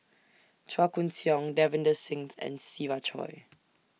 Chua Koon Siong Davinder Singh and Siva Choy